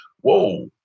whoa